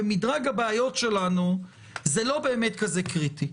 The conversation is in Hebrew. במדרג הבעיות שלנו זה לא באמת כזה קריטי.